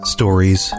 Stories